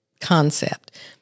concept